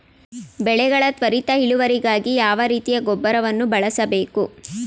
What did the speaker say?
ಬೆಳೆಗಳ ತ್ವರಿತ ಇಳುವರಿಗಾಗಿ ಯಾವ ರೀತಿಯ ಗೊಬ್ಬರವನ್ನು ಬಳಸಬೇಕು?